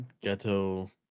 Ghetto